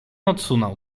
odsunął